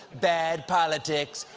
bad politics.